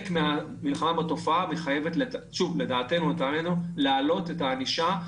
מן המלחמה בתופעה מחייב לדעתנו להעלות את חומרת הענישה.